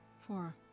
Four